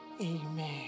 Amen